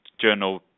journal